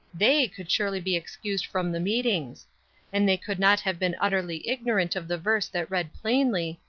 they could surely be excused from the meetings and they could not have been utterly ignorant of the verse that read plainly,